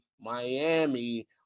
Miami